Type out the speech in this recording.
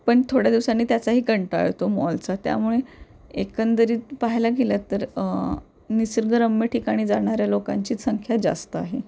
पण थोड्या दिवसांनी त्याचाही कंटाळ होतो मॉलचा त्यामुळे एकंदरीत पाहायला गेलं तर निसर्गरम्य ठिकाणी जाणाऱ्या लोकांचीच संख्या जास्त आहे